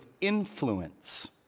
influence